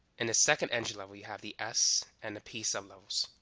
in the second energy level you have the s and the p sublevels.